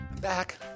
back